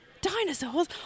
Dinosaurs